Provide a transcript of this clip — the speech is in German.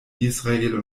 israel